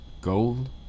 gold